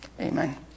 amen